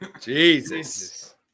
Jesus